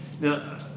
Now